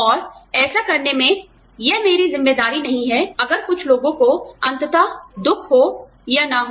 और ऐसा करने मे यह मेरी ज़िम्मेदारी नहीं है अगर कुछ लोगों को अंततः दुख हो या ना हो